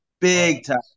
Big-time